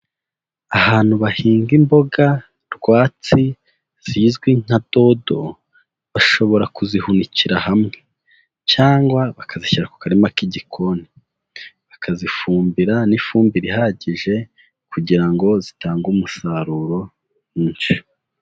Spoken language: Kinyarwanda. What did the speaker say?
Ahantu bahinga imboga rwatsi, zizwi nka dodo, bashobora kuzihunikira hamwe, cyangwa bakazishyira ku karima k'igikoni. Bakazifumbira n'ifumbire ihagije, kugira ngo zitange umusaruro mwinshi.